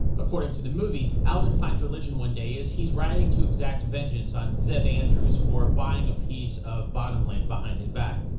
according to the movie, alvin finds religion one day as he's riding to exact vengeance on zeb andrews for buying a piece of bottomland behind his back.